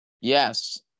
Yes